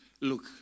look